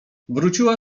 wróciła